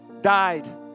died